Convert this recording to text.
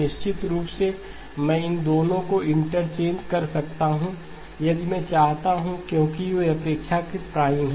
निश्चित रूप से मैं इन दोनों को इंटरचेंज कर सकता हूं यदि मैं चाहता हूं क्योंकि वे अपेक्षाकृत प्राइम हैं